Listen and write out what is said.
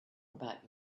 about